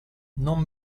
non